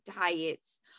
diets